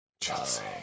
Chelsea